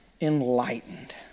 enlightened